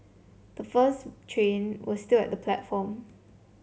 the first train was still at the platform